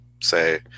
say